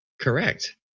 correct